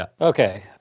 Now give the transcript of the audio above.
okay